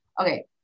okay